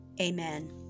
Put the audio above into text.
Amen